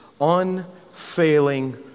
unfailing